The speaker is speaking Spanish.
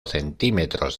centímetros